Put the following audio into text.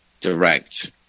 direct